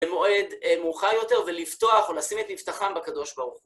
למועד מאוחר יותר ולפתוח או לשים את מפתחם בקדוש ברוך הוא.